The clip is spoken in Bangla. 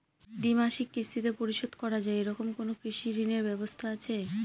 দ্বিমাসিক কিস্তিতে পরিশোধ করা য়ায় এরকম কোনো কৃষি ঋণের ব্যবস্থা আছে?